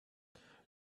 she